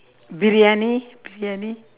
briyani briyani